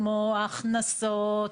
כמו הכנסות.